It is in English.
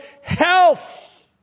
health